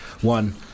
one